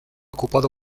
ocupado